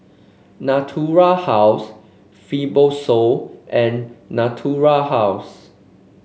Natura House Fibrosol and Natura House